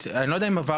אני לא יודע האם עברת,